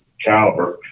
caliber